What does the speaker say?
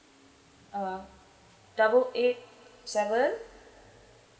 uh double eight seven